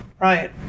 Right